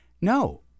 No